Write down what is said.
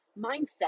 mindset